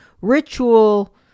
ritual